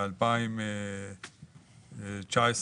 בשנת 2019,